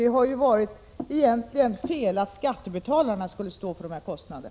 Det har ju egentligen varit fel att skattebetalarna skulle stå för dessa kostnader.